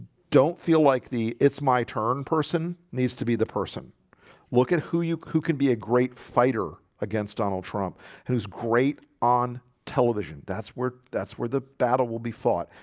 don't feel like the it's my turn person needs to be the person look at who you who can be a great fighter against donald trump and who's great on television. that's where that's where the battle will be fought.